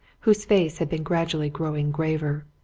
whose face had been gradually growing graver.